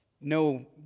No